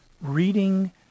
reading